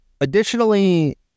additionally